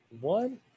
One